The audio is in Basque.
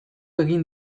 egin